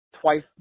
twice